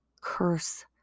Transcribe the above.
curse